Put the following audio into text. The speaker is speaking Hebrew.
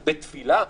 לבית תפילה,